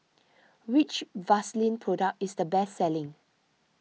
which Vaselin Product is the best selling